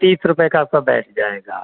तीस रुपये का आपका बैठ जाएगा